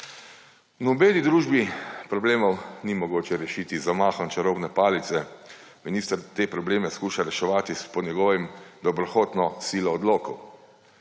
V nobeni družbi problemov ni mogoče rešiti z zamahom čarobne palice, minister te probleme poskuša reševati s po njegovem dobrohotno silo odlokov.